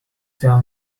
tell